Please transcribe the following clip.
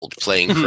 playing